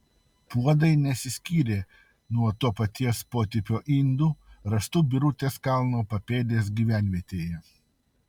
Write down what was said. puodai nesiskyrė nuo to paties potipio indų rastų birutės kalno papėdės gyvenvietėje